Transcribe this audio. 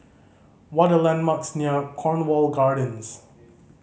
what are the landmarks near Cornwall Gardens